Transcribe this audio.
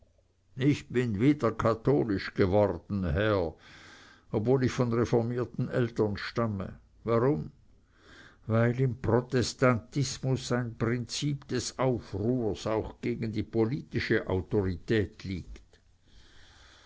ich bin wieder katholisch geworden herr obgleich ich von reformierten eltern stamme warum weil im protestantismus ein prinzip des aufruhrs auch gegen die politische autorität liegt